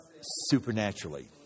supernaturally